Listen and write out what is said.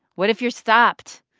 what if you're stopped?